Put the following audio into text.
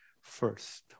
first